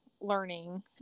learning